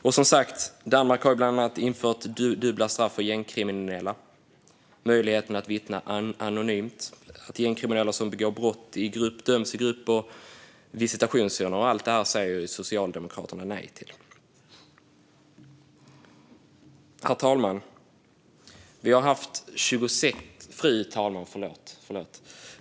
Danmark har som sagt bland annat infört dubbla straff för gängkriminella, möjligheten att vittna anonymt, att gängkriminella som begår brott i grupp döms i grupp samt visitationszoner. Allt detta säger Socialdemokraterna nej till. Fru talman!